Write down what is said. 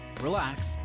Relax